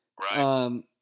Right